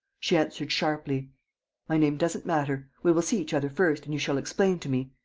she answered sharply my name doesn't matter. we will see each other first and you shall explain to me.